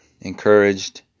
encouraged